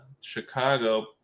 Chicago